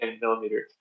millimeters